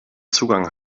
zugang